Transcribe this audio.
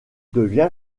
devient